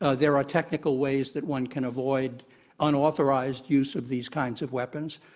ah there are technical ways that one can avoid unauthorized use of these kinds of weapons.